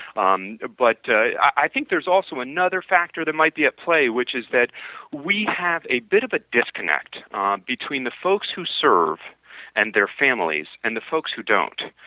um but i think there is also another factor that might be a play which is that we have a bit of a disconnect um between the folks who serve and their families and the folks who don't.